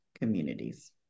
communities